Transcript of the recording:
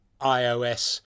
iOS